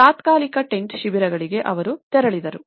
ತಾತ್ಕಾಲಿಕ ಟೆಂಟ್ ಶಿಬಿರಗಳಿಗೆ ಅವರು ತೆರಳಿದರು